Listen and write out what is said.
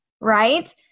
right